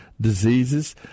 diseases